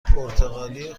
پرتغالی